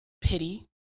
pity